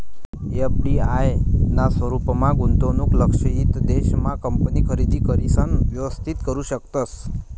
FDI ना स्वरूपमा गुंतवणूक लक्षयित देश मा कंपनी खरेदी करिसन व्यवस्थित करू शकतस